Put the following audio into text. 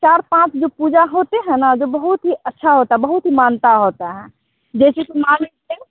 चार पाँच जो पूजा होती हैं ना जो बहुत ही अच्छी होती बहुत ही मान्यता होती है जैसे कि मान लीजिए